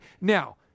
Now